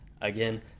again